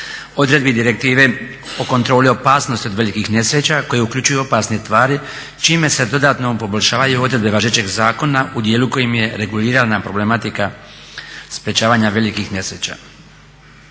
odredbi Direktive o kontroli opasnosti od velikih nesreća koje uključuju opasne tvari čime se dodatno poboljšavaju odredbe važećeg zakona u dijelu kojim je regulirana problematika sprječavanja velikih nesreća.